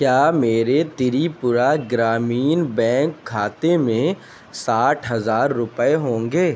کیا میرے تریپورہ گرامین بینک کھاتے میں ساٹھ ہزار روپے ہوں گے